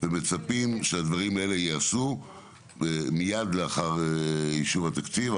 ומצפים שהדברים האלה ייעשו מיד לאחר אישור התקציב.